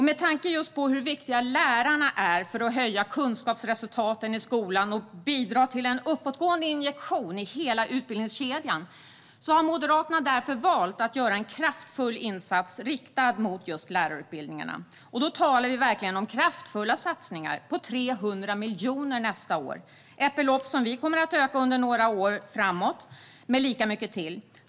Med tanke på hur viktiga lärarna är för att höja kunskapsresultaten i skolan och bidra med en uppåtgående injektion i hela utbildningskedjan har Moderaterna valt att göra en kraftfull insats riktad till just lärarutbildningarna. Då talar vi verkligen om kraftfulla satsningar på 300 miljoner kronor nästa år. Det är ett belopp som vi kommer att öka under några år framåt med lika mycket till.